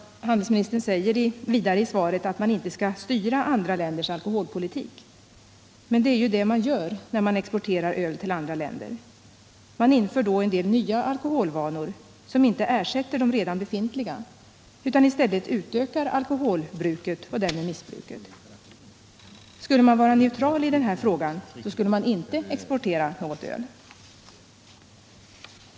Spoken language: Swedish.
Handelsministern säger vidare i svaret att man inte skall styra andra länders alkoholpolitik. Men det är ju det man gör när man exporterar öl till andra länder. Man inför då en del nya alkoholvanor som inte ersätter de redan befintliga utan i stället ökar alkoholbruket och därmed missbruket. Skulle man vara neutral i den här frågan, skulle man inte exportera något öl!